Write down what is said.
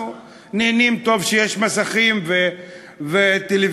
אנחנו נהנים, טוב שיש מסכים וטלוויזיות